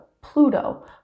pluto